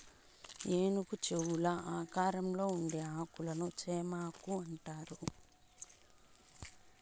ఏనుగు చెవుల ఆకారంలో ఉండే ఆకులను చేమాకు అంటారు